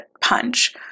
punch